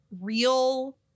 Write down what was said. real